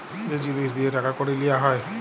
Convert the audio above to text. যে জিলিস দিঁয়ে টাকা কড়ি লিয়া হ্যয়